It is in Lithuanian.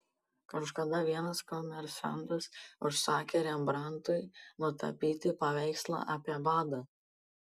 kažkada vienas komersantas užsakė rembrandtui nutapyti paveikslą apie badą